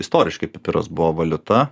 istoriškai pipiras buvo valiuta